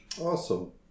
Awesome